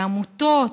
בעמותות,